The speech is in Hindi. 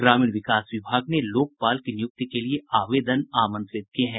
ग्रामीण विकास विभाग ने लोकपाल की नियुक्ति के लिये आवेदन आमंत्रित किये हैं